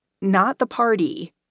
not-the-party